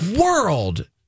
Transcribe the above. world